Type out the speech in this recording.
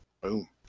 Boom